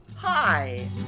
Hi